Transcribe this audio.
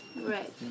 Right